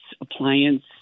appliance